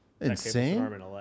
insane